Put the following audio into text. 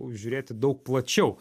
žiūrėti daug plačiau